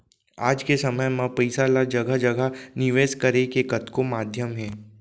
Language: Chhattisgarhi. आज के समे म पइसा ल जघा जघा निवेस करे के कतको माध्यम हे